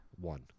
One